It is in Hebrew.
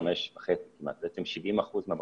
אתם לא